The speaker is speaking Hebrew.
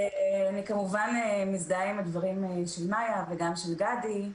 אני כמובן מזדהה עם הדברים של מיה וגם של גדי,